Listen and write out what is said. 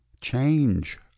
change